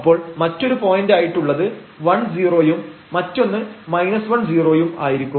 അപ്പോൾ മറ്റൊരു പോയന്റായിട്ടുള്ളത് 10യും മറ്റൊന്ന് 10യും ആയിരിക്കും